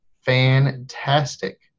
fantastic